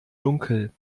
dunkel